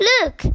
Look